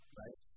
right